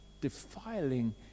defiling